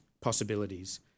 possibilities